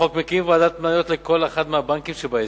החוק מקים ועדת מניות לכל אחד מהבנקים שבהסדר.